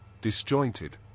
disjointed